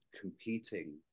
competing